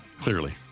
Clearly